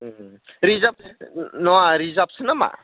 reserve नङा रिजार्भसो नामा